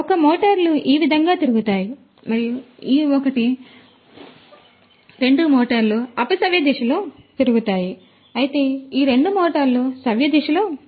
మరియు ఒక మోటార్లు ఈ విధంగా తిరుగుతాయి మరియు ఈ ఒకటి ఈ రెండు మోటార్లు అపసవ్య దిశలో తిరుగుతాయి అయితే ఈ రెండు మోటార్లు సవ్యదిశలో తిరుగుతాయి